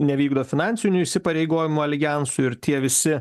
nevykdo finansinių įsipareigojimų aljansui ir tie visi